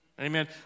Amen